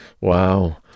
Wow